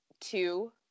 two